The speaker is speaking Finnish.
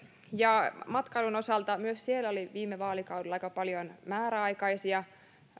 ja matkailun osalta myös siellä oli viime vaalikaudella aika paljon määräaikaisia